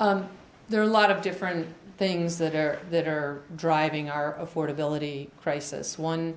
you there are a lot of different things that are that are driving our affordability crisis one